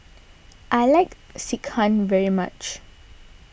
I like Sekihan very much